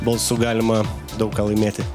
balsu galima daug ką laimėti